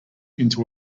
into